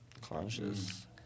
Conscious